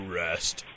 rest